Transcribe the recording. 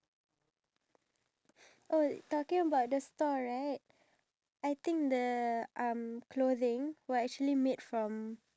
no I think even if it's something where I feel like it's not nice for me to eat like nowadays